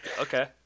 okay